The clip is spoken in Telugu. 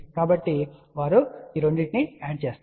కాబట్టి వారు జోడిస్తారు